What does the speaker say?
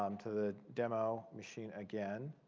um to the demo machine again,